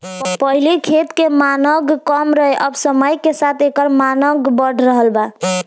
पहिले खेत के मांग कम रहे अब समय के साथे एकर मांग बढ़ रहल बा